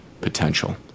potential